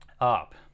up